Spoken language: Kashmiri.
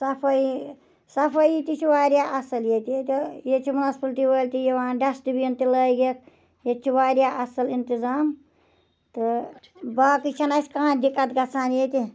صفٲیی صفٲیی تہِ چھِ واریاہ اَصل ییٚتہِ ییٚتہِ ییٚتہِ چھِ منسپلٹی وٲلۍ تہِ یِوان ڈَسٹہٕ بِن تہِ لٲگِتھ ییٚتہِ چھُ واریاہ اَصل اِنتِظام تہٕ باقٕے چھَنہٕ اَسہِ کانٛہہ دِکَت گَژھان ییٚتہِ